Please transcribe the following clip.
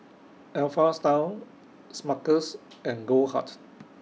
Alpha Style Smuckers and Goldheart